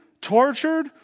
tortured